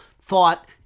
thought